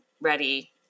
ready